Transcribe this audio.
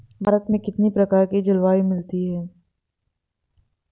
भारत में कितनी प्रकार की जलवायु मिलती है?